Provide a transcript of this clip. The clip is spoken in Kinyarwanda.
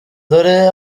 dore